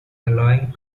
allowing